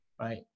Right